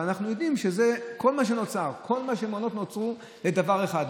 אבל אנחנו יודעים שהמעונות נוצרו לדבר אחר,